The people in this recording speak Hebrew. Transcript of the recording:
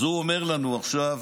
אז הוא אומר לנו עכשיו,